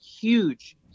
huge